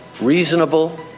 reasonable